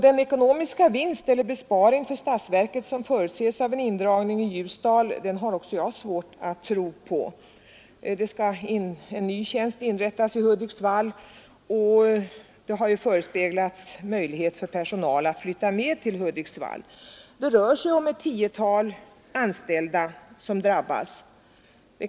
Den ekonomiska vinst eller besparing för statsverket, som förutses av en indragning i Ljusdal, har också jag svårt att tro på. En ny tjänst skall ju inrättas i Hudiksvall, och möjlighet har förespeglats för personal att flytta med till Hudiksvall. Det är ett tiotal anställda som drabbas.